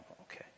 Okay